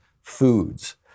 Foods